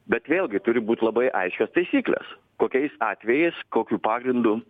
bet vėlgi turi būt labai aiškios taisyklės kokiais atvejais kokiu pagrindu